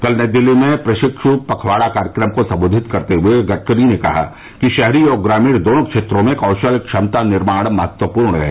कल नई दिल्ली में प्रशिक्ष पखवाडा कार्यक्रम को सम्बोधित करते हुए गडकरी ने कहा कि शहरी और ग्रामीण दोनों क्षेत्रों में कौशल क्षमता निर्माण महत्वपूर्ण है